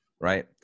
right